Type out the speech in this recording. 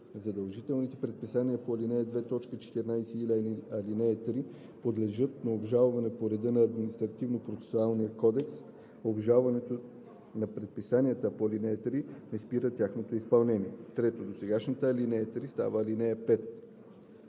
Задължителните предписания по ал. 2, т. 14 и ал. 3 подлежат на обжалване по реда на Административнопроцесуалния кодекс. Обжалването на предписанията по ал. 3 не спира тяхното изпълнение.“ 3. Досегашната ал. 3 става ал. 5.“